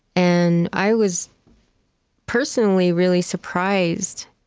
and i was personally really surprised